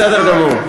בסדר גמור.